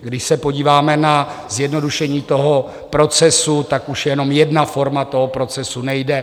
Když se podíváme na zjednodušení toho procesu, tak už jenom jedna forma toho procesu nejde.